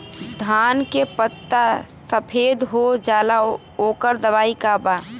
धान के पत्ता सफेद हो जाला ओकर दवाई का बा?